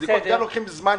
והבדיקות גם לוקחות זמן.